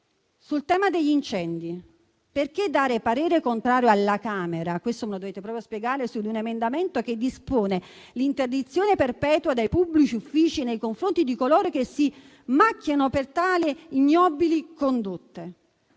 Sul tema degli incendi, perché dare parere contrario alla Camera - questo me lo dovete proprio spiegare - su un emendamento che dispone l'interdizione perpetua dai pubblici uffici nei confronti di coloro che si macchiano per tali ignobili condotte?